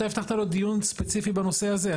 אתה הבטחת לו דיון ספציפי בנושא הזה,